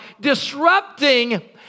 disrupting